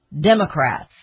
Democrats